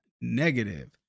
negative